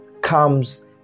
comes